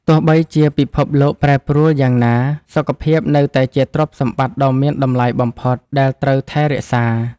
ទោះបីជាពិភពលោកប្រែប្រួលយ៉ាងណា សុខភាពនៅតែជាទ្រព្យសម្បត្តិដ៏មានតម្លៃបំផុតដែលត្រូវថែរក្សា។